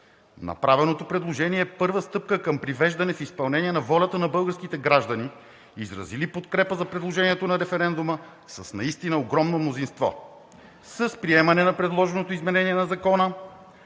Направеното предложение е първа стъпка към привеждане в изпълнение на волята на българските граждани, изразили подкрепа за предложението на референдума с огромно мнозинство. С приемане на предложеното изменение на Закона